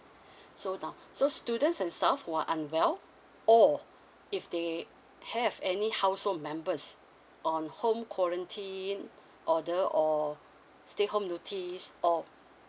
so now so students and staff who are unwell or if they have any household members on home quarantine order or stay home notice or